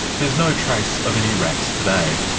there's no trace of any rats today.